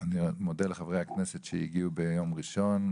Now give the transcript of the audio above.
אני מודה לחברי הכנסת שהגיעו ביום ראשון,